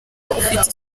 ufite